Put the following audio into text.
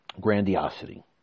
Grandiosity